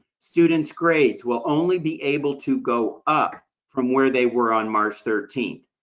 students' grades will only be able to go up from where they were on march thirteenth.